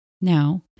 Now